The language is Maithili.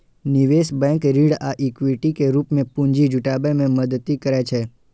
निवेश बैंक ऋण आ इक्विटी के रूप मे पूंजी जुटाबै मे मदति करै छै